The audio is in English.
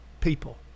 people